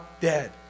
dead